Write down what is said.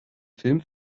film